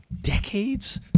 decades